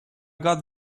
got